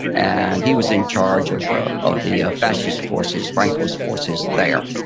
and he was in charge of the of the fascist forces, franco's forces there.